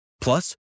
Plus